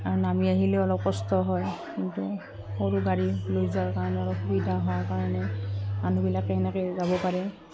আৰু নামি আহিলেও অলপ কষ্ট হয় কিন্তু সৰু গাড়ী লৈ যোৱাৰ কাৰণে অলপ সুবিধা হোৱাৰ কাৰণে মানুহবিলাকে এনেকে যাব পাৰে